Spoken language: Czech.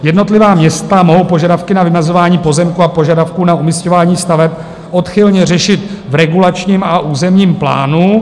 Jednotlivá města mohou požadavky na vymezování pozemků a požadavků na umisťování staveb odchylně řešit v regulačním a územním plánu.